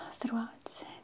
Throughout